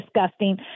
Disgusting